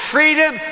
Freedom